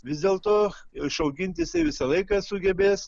vis dėlto išauginti jisai visą laiką sugebės